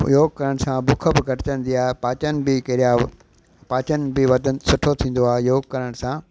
योग करण सां बुख बि घटिजंदी आहे पाचन जी क्रिया पाचन बि वधनि सुठो थींदो आहे योग करण सां